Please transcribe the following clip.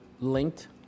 linked